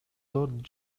төрт